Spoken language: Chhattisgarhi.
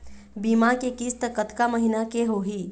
बीमा के किस्त कतका महीना के होही?